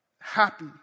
happy